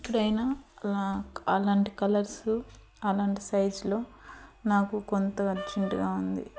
ఇక్కడైనా నాకు అలాంటి కలర్సు అలాంటి సైజులో నాకు కొంత అర్జెంటుగా ఉంది